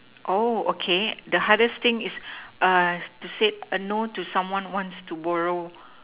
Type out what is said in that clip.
oh okay the hardest thing is uh to say a no to someone once to borrow